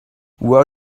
where